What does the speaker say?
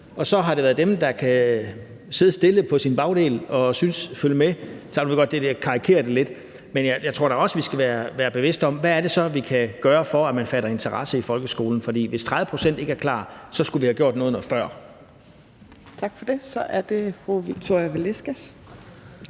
og så har det været dem, der kunne sidde stille på deres bagdel og følge med. Jeg ved godt, at jeg karikerer det lidt, men jeg tror da også, vi skal være bevidste om, hvad det så er, vi kan gøre for, at man fatter interesse for folkeskolen. For hvis 30 pct. ikke er klar, så skulle vi have gjort noget noget før. Kl. 16:33 Fjerde næstformand